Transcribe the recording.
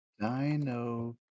Dino